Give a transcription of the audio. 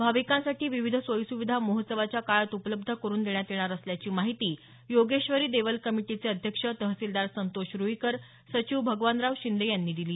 भाविकांसाठी विविध सोयी सुविधा महोत्सवाच्या काळात उपलब्ध करून देण्यात येणार असल्याची माहिती योगेश्वरी देवल कमिटीचे अध्यक्ष तहसीलदार संतोष रूईकर सचिव भगवानराव शिंदे यांनी दिली